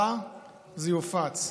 זה יופץ.